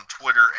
Twitter